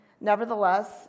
Nevertheless